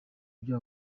byo